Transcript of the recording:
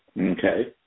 Okay